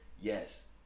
Yes